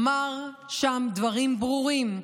אמר שם דברים ברורים.